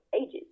ages